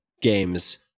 Games